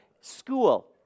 School